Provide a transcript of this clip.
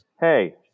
Hey